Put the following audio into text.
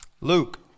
Luke